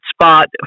spot